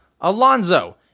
Alonzo